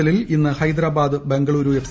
എല്ലിൽ ഇന്ന് ഹൈദരാബാദ് ബംഗളുരു എഫ്